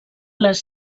les